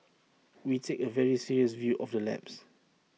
we take A very serious view of the lapse